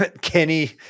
Kenny